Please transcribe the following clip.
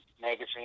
magazine